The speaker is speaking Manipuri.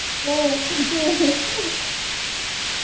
ꯍꯣꯏ ꯆꯠꯇꯦ